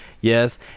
Yes